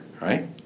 right